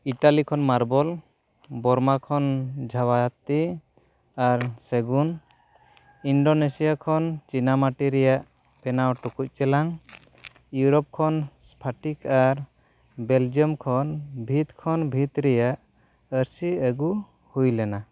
Italy ᱠᱷᱚᱱ marble Burma ᱠᱷᱚᱱ ᱡᱷᱟᱣᱟᱛᱮ ᱟᱨ ᱥᱟᱹᱜᱩᱱ ᱤᱱᱫᱳᱱᱮᱥᱤᱭᱟ ᱠᱷᱚᱱ ᱪᱤᱱᱟᱹ ᱢᱟᱹᱴᱤ ᱨᱮᱭᱟᱜ ᱵᱮᱱᱟᱣ ᱴᱩᱠᱩᱪ ᱪᱮᱞᱟᱝ ᱤᱭᱳᱨᱳᱯ ᱠᱷᱚᱱ ᱥᱯᱷᱟᱴᱤᱠ ᱟᱨ ᱵᱮᱞᱡᱤᱭᱟᱢ ᱠᱷᱚᱱ ᱵᱷᱤᱛ ᱠᱷᱚᱱ ᱵᱷᱤᱛ ᱨᱮᱭᱟᱜ ᱟᱹᱨᱥᱤ ᱟᱹᱜᱩ ᱦᱩᱭ ᱞᱮᱱᱟ